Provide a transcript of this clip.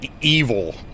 evil